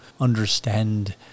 understand